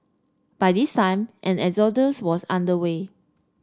by this time an exodus was under way